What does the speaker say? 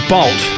Bolt